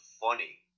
funny